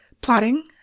Plotting